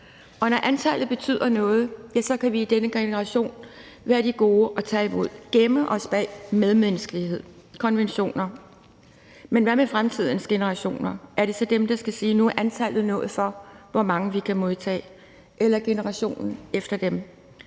og når antallet betyder noget, kan vi i denne generation være de gode og tage imod og gemme os bag medmenneskelighed og konventioner. Men hvad med fremtidens generationer? Er det så dem, der skal sige, at nu er antallet nået for, hvor mange vi kan modtage, eller er det generationen efter dem?